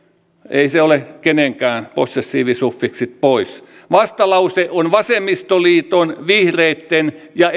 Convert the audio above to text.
ei se ole kenenkään possessiivisuffiksit pois vastalause on vasemmistoliiton vihreitten ja